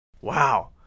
Wow